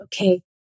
okay